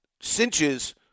cinches